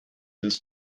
his